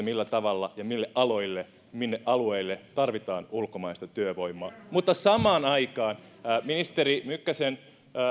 millä tavalla ja mille aloille minne alueille tarvitaan ulkomaista työvoimaa mutta samaan aikaan ministeri mykkäsen